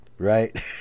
Right